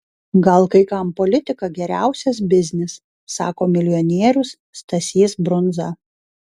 gal kai kam politika geriausias biznis sako milijonierius stasys brundza